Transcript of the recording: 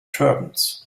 turbans